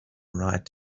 right